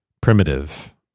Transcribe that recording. primitive